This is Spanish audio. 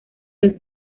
los